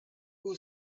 who